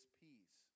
peace